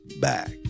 back